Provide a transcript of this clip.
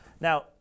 Now